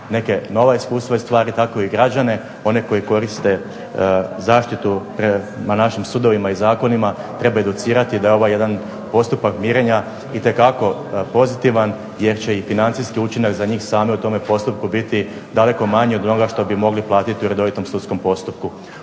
neke nova iskustva i stvari, tako i građane, one koji koriste zaštitu prema našim sudovima i zakonima treba educirati da ovaj jedan postupak mirenja itekako pozitivan, jer će i financijski učinak za njih same u tome postupku biti daleko manji od onoga što bi mogli platiti u redovitom sudskom postupku.